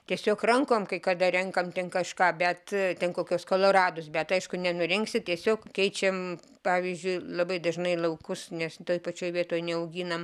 tiesiog rankom kai kada renkam ten kažką bet ten kokius koloradus bet aišku nenurinksi tiesiog keičiam pavyzdžiui labai dažnai laukus nes toj pačioj vietoj neauginam